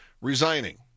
resigning